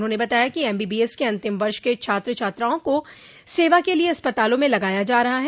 उन्होंने बताया कि एमबीबीएस के अंतिम वर्ष के छात्र छात्राओं को सेवा के लिये अस्पतालों में लगाया जा रहा है